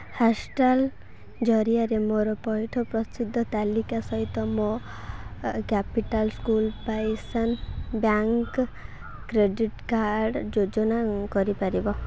ହସ୍ଷ୍ଟାଲ୍ ଜରିଆରେ ମୋର ପଇଠ ପ୍ରସିଦ୍ଧ ତାଲିକା ସହିତ ମୋ ଏ କ୍ୟାପିଟାଲ୍ ସ୍କୁଲ୍ ପାଇସାନ୍ ବ୍ୟାଙ୍କ୍ କ୍ରେଡ଼ିଟ୍ କାର୍ଡ଼୍ ଯୋଜନା କରିପାରିବ